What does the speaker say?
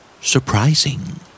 Surprising